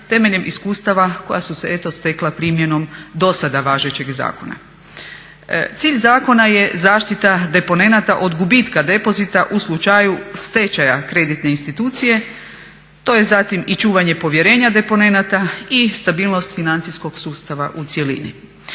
temeljem iskustava koja su se eto stekla primjenom do sada važećeg zakona. Cilj zakona je zaštita deponenata od gubitka depozita u slučaju stečaja kreditne institucije, to je zatim i čuvanje povjerenja deponenata i stabilnost financijskog sustava u cjelini.